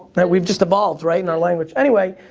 we've just evolved, right, in our language. anyway,